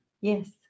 Yes